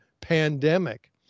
pandemic